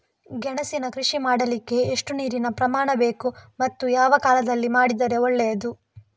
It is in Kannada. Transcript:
ಗೆಣಸಿನ ಕೃಷಿ ಮಾಡಲಿಕ್ಕೆ ಎಷ್ಟು ನೀರಿನ ಪ್ರಮಾಣ ಬೇಕು ಮತ್ತು ಯಾವ ಕಾಲದಲ್ಲಿ ಮಾಡಿದರೆ ಒಳ್ಳೆಯದು?